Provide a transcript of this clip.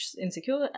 insecure